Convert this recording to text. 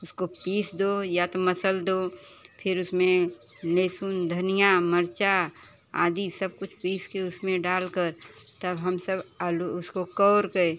उसको पीस दो या तो मसल दो फिर उसमें लहसुन धनिया मिर्चा आदि सब कुछ पीस के उसमें डालकर तब हम सब आलू उसको कौर के